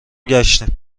گشتیم